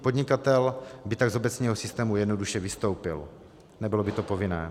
Podnikatel by tak z obecního systému jednoduše vystoupil, nebylo by to povinné.